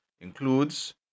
includes